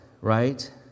right